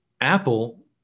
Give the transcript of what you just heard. Apple